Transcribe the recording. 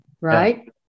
right